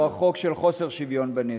או החוק של חוסר שוויון בנטל.